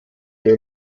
der